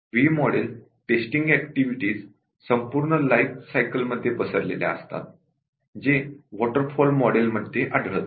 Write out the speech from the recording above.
V model testing activities संपूर्ण life cycle मध्ये पसरलेल्या असतात जे वॉटर फॉल मॉडेल मध्ये आढळत नाही